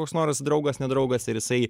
koks nors draugas ne draugas ir jisai